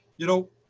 you know,